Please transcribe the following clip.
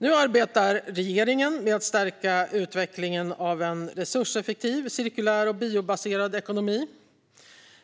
Nu arbetar regeringen med att stärka utvecklingen av en resurseffektiv, cirkulär och biobaserad ekonomi.